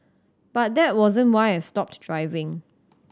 but that wasn't why I stopped driving